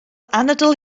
anadl